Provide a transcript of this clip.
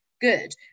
good